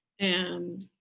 and,